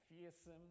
fearsome